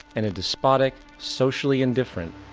and a despotic, socially indifferent,